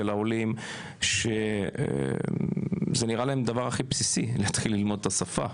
העולים שזה נראה להם הדבר הכי בסיסי להתחיל ללמוד את השפה.